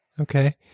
Okay